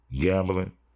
gambling